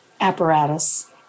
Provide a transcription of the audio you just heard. apparatus